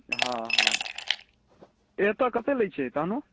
हँ हँ एतऽ कतेक लै छै तहनो